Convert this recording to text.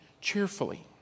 cheerfully